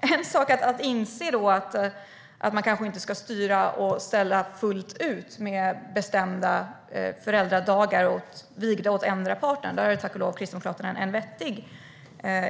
Kristdemokraterna inser alltså att man kanske inte ska styra och ställa fullt ut med föräldradagar som är vigda åt endera parten - där har ju Kristdemokraterna tack och lov en vettig